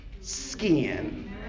skin